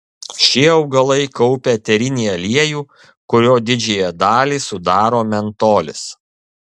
šie augalai kaupia eterinį aliejų kurio didžiąją dalį sudaro mentolis